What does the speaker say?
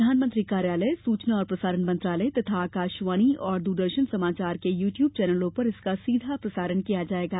प्रधानमंत्री कार्यालय सुचना और प्रसारण मंत्रालय तथा आकाशवाणी और द्रदर्शन समाचार के यु ट्यब चैनलों पर इसका सीधा प्रसारण किया जायेगा